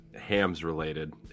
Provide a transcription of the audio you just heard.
hams-related